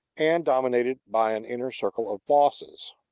and dominated by an inner circle of bosses.